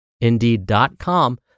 Indeed.com